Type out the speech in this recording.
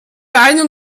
einem